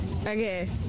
Okay